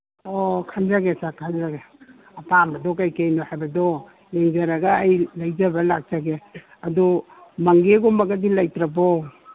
ꯑꯣ ꯈꯟꯖꯒꯦ ꯏꯇꯥ ꯈꯟꯖꯒꯦ ꯑꯄꯥꯝꯕꯗꯣ ꯀꯩꯀꯩꯅꯣ ꯍꯥꯏꯕꯗꯣ ꯌꯦꯡꯖꯔꯒ ꯑꯩ ꯂꯩꯖꯕ ꯂꯥꯛꯆꯒꯦ ꯑꯗꯨ ꯃꯪꯒꯦꯒꯨꯝꯕꯒꯗꯤ ꯂꯩꯇ꯭ꯔꯕꯣ